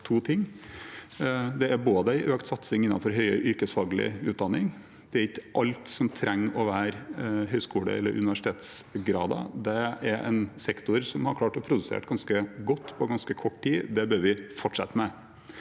Det er en økt satsing innenfor høyere yrkesfaglig utdanning. Det er ikke alt som trenger å være høyskole- eller universitetsgrader. Det er en sektor som har klart å produsere ganske godt på ganske kort tid. Det bør vi fortsette med.